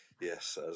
Yes